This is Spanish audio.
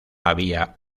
había